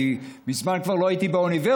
אני מזמן כבר לא הייתי באוניברסיטה,